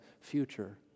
future